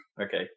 Okay